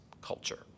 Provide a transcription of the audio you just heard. culture